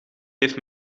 heeft